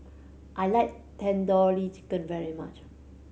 I like Tandoori Chicken very much